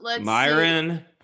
Myron